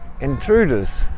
intruders